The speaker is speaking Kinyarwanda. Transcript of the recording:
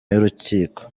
y’urukiko